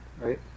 right